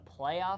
playoff